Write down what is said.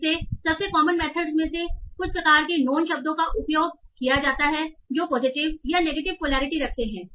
फिर से सबसे कॉमन मेथड में कुछ प्रकार के नोन शब्दों का उपयोग किया जाता है जो पॉजिटिव या नेगेटिव पोलैरिटी रखते हैं